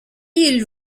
ils